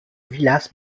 villas